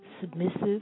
submissive